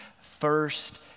first